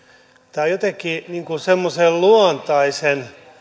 tämä on jotenkin semmoisen luontaisen